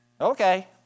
Okay